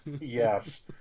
Yes